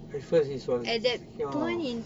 at first it's was ya